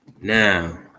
Now